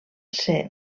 ser